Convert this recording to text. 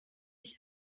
ich